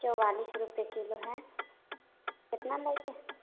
चौआलिस रूपये किलो हय केतना लैके हय